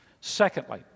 Secondly